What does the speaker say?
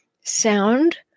sound